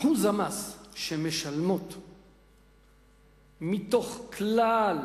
שיעור המס שמשלמות מתוך כלל